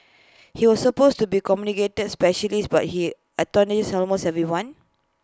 he was supposed to be communicates specialist but he antagonised almost everyone